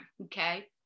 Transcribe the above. okay